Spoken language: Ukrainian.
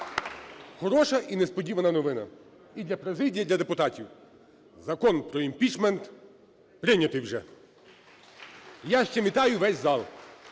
Хороша і несподівана новина і для президії, і для депутатів. Закон про імпічмент прийнятий вже. Я з чим вітаю весь зал.